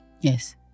Yes